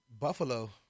Buffalo